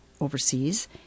overseas